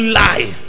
lie